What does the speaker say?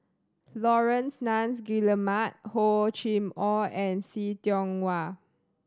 Laurence Nunns Guillemard Hor Chim Or and See Tiong Wah